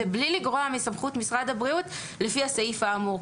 זה בלי לגרוע מסמכות משרד הבריאות לפי הסעיף האמור.